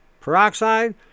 peroxide